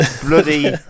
Bloody